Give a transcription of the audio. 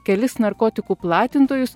kelis narkotikų platintojus